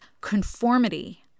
conformity